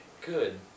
good